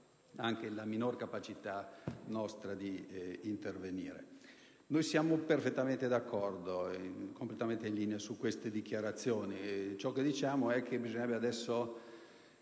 anche la minor capacità nostra di intervenire. Siamo perfettamente d'accordo e completamente in linea con queste dichiarazioni. Ciò che diciamo è che bisognerebbe adesso